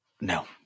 No